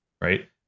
right